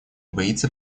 боится